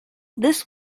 this